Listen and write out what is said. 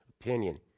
opinion